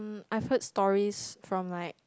I've heard stories from like